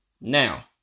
Now